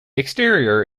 exterior